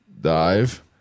Dive